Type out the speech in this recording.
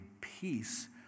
peace